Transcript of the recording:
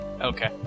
Okay